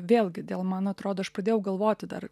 vėlgi dėl man atrodo aš pradėjau galvoti dar